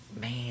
man